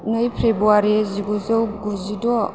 नै फेब्रुवारि जिगुजौ गुजिद'